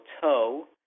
Toe